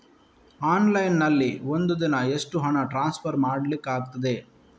Online ನಲ್ಲಿ ಒಂದು ದಿನ ಎಷ್ಟು ಹಣ ಟ್ರಾನ್ಸ್ಫರ್ ಮಾಡ್ಲಿಕ್ಕಾಗ್ತದೆ?